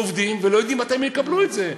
שעובדים ולא יודעים מתי הם יקבלו את שכרם.